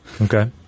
Okay